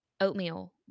oatmeal